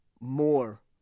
more